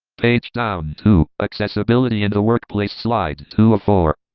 page down, two, accessibility in the workplace slide two of four